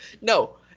No